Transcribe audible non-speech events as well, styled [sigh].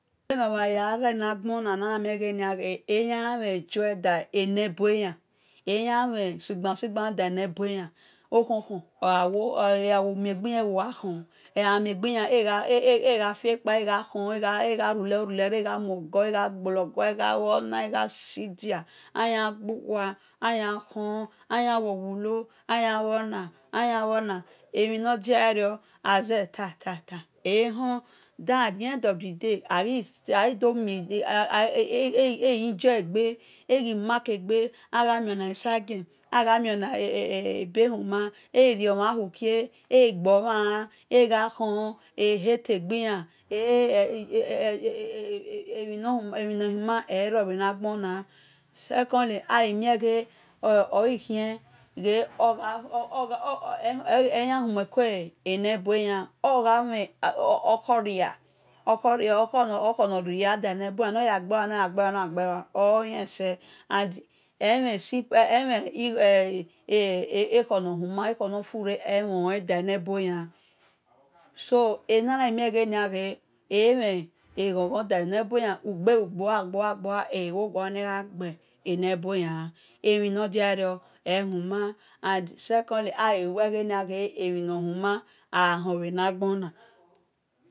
Bhenomhan-na namie gbe̱ eya mhe joy da eboyan ena mhen shi-gban-shigbon mhen iboan okho-khon o a wo khon egha mie gbi an [hesitation] egba khon egha rule yo rule re egha muogo agha shui dia aya wulo aya luona emhinodiaro aze tata ehon at the end of the day aghi si [hesitation] eghi do injure egbe eghi do marki egbe agha mio mhan sagie eghi rio mhan hukie eghi gbomhan [hesitation] egha khon e hale egbilan e [hesitation] secondly aghimieghe oghi khikhen eya humeko ene-boyan [hesitation] ogha mhen okhor ria da mhan iboan [hesitation] naya gbelua naya gbelua oghilese and emhen si [hesitation] ekhor nor huma nor fure da iboan so egianamie emhe okho nor huma da iboan ugua-ugua kpa e hol ne̱ga gbe ne boan emhino diario ehuman and secondly aghiweh ghe emhi nor human oa hor bhenagbona